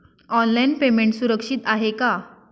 Online payment सुरक्षित आहे का?